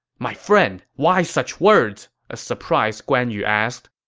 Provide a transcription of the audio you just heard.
my friend, why such words! a surprised guan yu asked